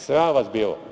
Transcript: Sram vas bilo.